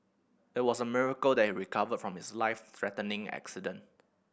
it was a miracle that he recovered from his life threatening accident